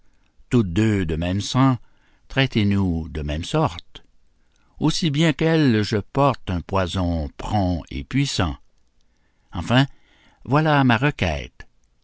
toutes deux de même sang traitez-nous de même sorte aussi bien qu'elle je porte un poison prompt et puissant enfin voilà ma requête